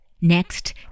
Next